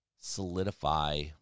solidify